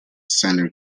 center